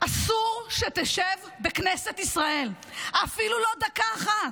אסור שתשב בכנסת ישראל אפילו לא דקה אחת.